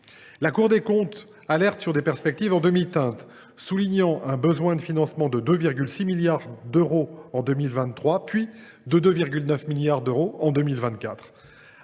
La Cour des comptes alerte sur des perspectives en demi teinte, soulignant un besoin de financement de 2,6 milliards d’euros en 2023, puis de 2,9 milliards d’euros en 2024.